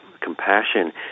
compassion